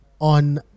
on